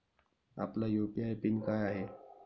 आपला UPI PIN काय आहे?